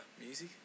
music